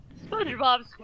SpongeBob